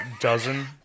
dozen